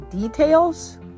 details